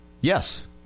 Yes